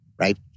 right